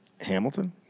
Hamilton